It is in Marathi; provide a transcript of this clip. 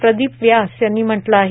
प्रदीप व्यास यांनी म्हटले आहे